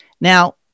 Now